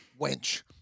wench